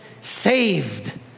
Saved